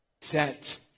Set